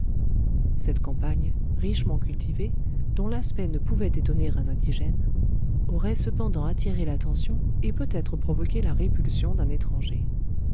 cette campagne richement cultivée dont l'aspect ne pouvait étonner un indigène aurait cependant attiré l'attention et peutêtre provoqué la répulsion d'un étranger